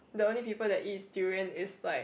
the only people that eat durian is like